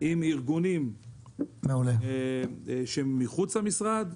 עם ארגונים שמחוץ למשרד,